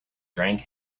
drank